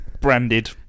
branded